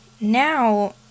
Now